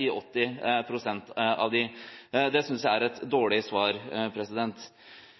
i 80 pst. av dem. Det synes jeg er et dårlig svar.